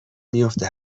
میفته